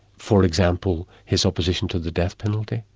for example, his opposition to the death penalty.